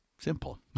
Simple